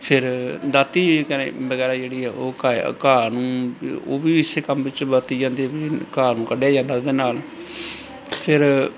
ਫਿਰ ਦਾਤੀ ਵਗੈਰਾ ਜਿਹੜੀ ਆ ਉਹ ਘਾਏ ਘਾਹ ਨੂੰ ਉਹ ਵੀ ਇਸੇ ਕੰਮ ਵਿੱਚ ਵਰਤੀ ਜਾਂਦੀ ਵੀ ਘਾਹ ਨੂੰ ਕੱਢਿਆ ਜਾਂਦਾ ਉਹਦੇ ਨਾਲ ਫਿਰ